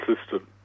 system